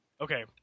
okay